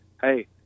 hey –